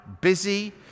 busy